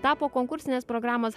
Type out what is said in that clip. tapo konkursinės programos